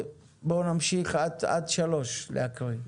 נמשיך לקרוא עד סעיף 3. (ו)